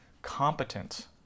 competent